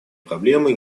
проблемы